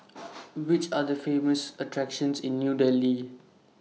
Which Are The Famous attractions in New Delhi